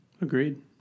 Agreed